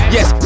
Yes